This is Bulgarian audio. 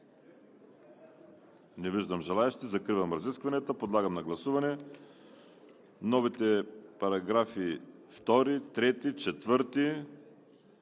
Не виждам желаещи. Закривам разискванията. Подлагам на гласуване: новите параграфи 2, 3, 4;